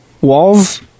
walls